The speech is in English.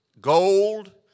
gold